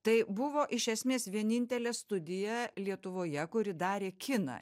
tai buvo iš esmės vienintelė studija lietuvoje kuri darė kiną